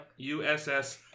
USS